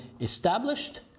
established